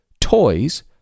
toys